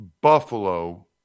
Buffalo